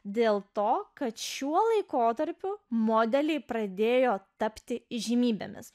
dėl to kad šiuo laikotarpiu modeliai pradėjo tapti įžymybėmis